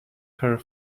her